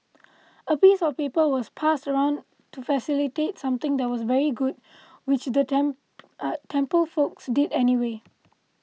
a piece of paper was passed around to facilitate something that was very good which the temp temple folks did anyway